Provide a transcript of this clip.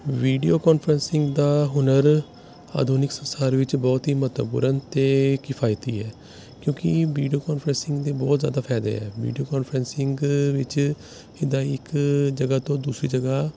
video conferencing ਦਾ ਹੁਨਰ ਆਧੁਨਿਕ ਸੰਸਾਰ ਵਿੱਚ ਬਹੁਤ ਹੀ ਮਹੱਤਵਪੂਰਨ ਅਤੇ ਕਿਫਾਇਤੀ ਹੈ ਕਿਉਂਕਿ ਵੀਡੀਓ ਕਾਨਫਰਸਿੰਗ ਦੇ ਬਹੁਤ ਜ਼ਿਆਦਾ ਫ਼ਾਇਦੇ ਹੈ ਵੀਡੀਓ ਕਾਨਫਰਸਿੰਗ ਵਿੱਚ ਇੱਦਾਂ ਇੱਕ ਜਗ੍ਹਾ ਤੋਂ ਦੂਸਰੀ ਜਗ੍ਹਾ